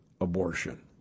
abortion